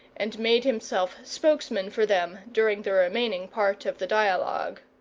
and made himself spokesman for them during the remaining part of the dialogue.